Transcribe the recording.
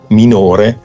minore